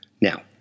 Now